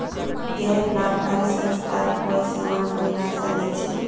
गैर लाभकारी संस्थार कोई समान परिभाषा नी छेक